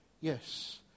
yes